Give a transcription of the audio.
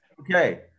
okay